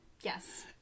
Yes